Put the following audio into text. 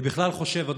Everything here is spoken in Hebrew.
אני בכלל חושב,